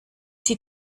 sie